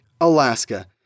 Alaska